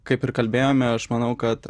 kaip ir kalbėjome aš manau kad